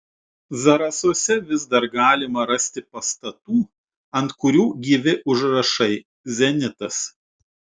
zarasuose vis dar galima rasti pastatų ant kurių gyvi užrašai zenitas